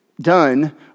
done